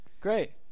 great